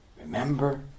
Remember